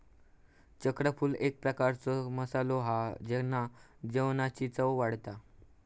चक्रफूल एक प्रकारचो मसालो हा जेना जेवणाची चव वाढता